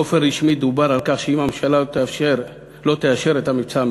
באופן רשמי דובר על כך שאם הממשלה לא תאשר את המבצע,